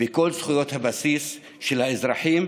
וכל זכויות הבסיס של האזרחים,